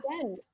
Again